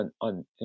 on